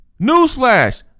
Newsflash